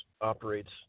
operates